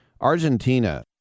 Argentina